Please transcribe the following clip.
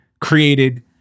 created